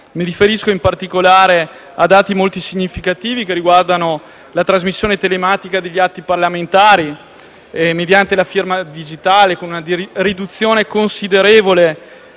Mi riferisco, in particolare, a dati molto significativi che riguardano la trasmissione telematica degli atti parlamentari mediante la firma digitale, che ha comportato una riduzione considerevole